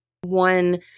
one